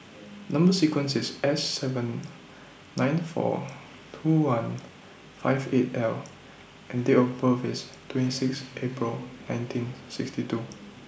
Number sequence IS S seven nine four two one five eight L and Date of birth IS twenty six April nineteen sixty two